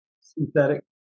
synthetic